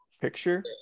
picture